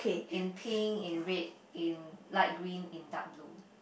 in pink in red in light green in dark blue